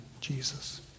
Jesus